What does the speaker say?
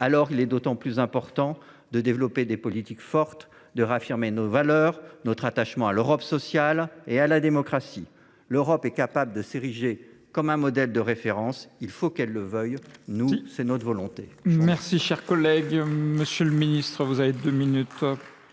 Aussi, il est d’autant plus important de développer des politiques fortes, de réaffirmer nos valeurs, notre attachement à l’Europe sociale et à la démocratie. L’Europe est capable de s’ériger en modèle de référence. Il faut qu’elle le veuille ;